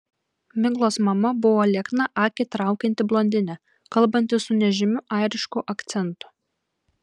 miglos mama buvo liekna akį traukianti blondinė kalbanti su nežymiu airišku akcentu